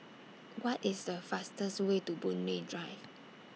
What IS The fastest Way to Boon Lay Drive